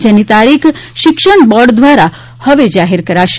જેની તારીખ શિક્ષણ બોર્ડ દ્વારા હવે જાહેર થશે